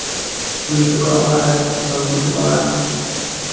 ᱠᱩᱲᱤ ᱛᱟᱠᱚ ᱚᱲᱟᱜᱨᱮ ᱵᱟᱹᱦᱩ ᱠᱩᱲᱤ ᱛᱟᱠᱚ ᱚᱲᱟᱜ